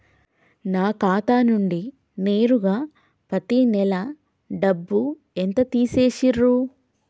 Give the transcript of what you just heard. నా ఖాతా నుండి నేరుగా పత్తి నెల డబ్బు ఎంత తీసేశిర్రు?